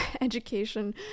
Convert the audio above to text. education